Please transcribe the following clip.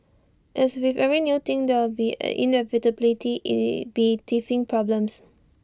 as with every new thing there will inevitably be teething problems